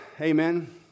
Amen